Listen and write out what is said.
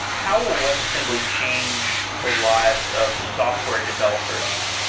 how will webassembly change the lives of software developers?